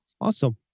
Awesome